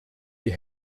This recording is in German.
die